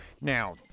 now